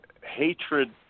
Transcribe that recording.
hatred